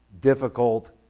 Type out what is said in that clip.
difficult